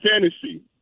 fantasy